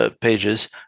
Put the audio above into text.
pages